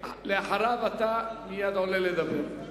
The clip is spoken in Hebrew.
ומיד אחריו אתה עולה לדבר.